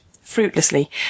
fruitlessly